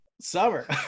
Summer